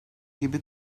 gibi